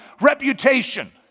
reputation